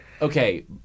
okay